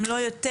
אם לא יותר,